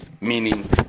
meaning